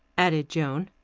added joan.